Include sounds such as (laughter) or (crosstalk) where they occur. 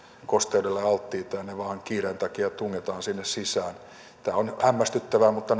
kosteudelle alttiita ja ne vain kiireen takia tungetaan sinne sisään tämä on hämmästyttävää mutta (unintelligible)